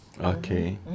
Okay